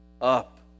Up